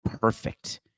perfect